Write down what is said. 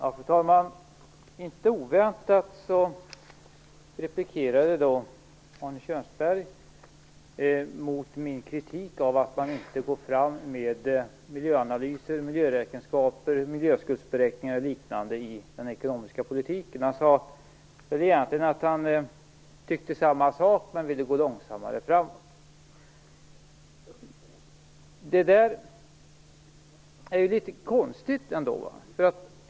Fru talman! Inte oväntat hade Arne Kjörnsberg invändningar mot min kritik av att man inte går fram med miljöanalyser, miljöräkenskaper, miljöskuldsberäkningar och liknande i den ekonomiska politiken. Han sade väl egentligen att han tyckte samma sak men ville gå långsammare fram. Det där är litet konstigt ändå.